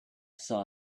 saw